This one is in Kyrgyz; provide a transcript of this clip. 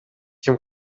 ким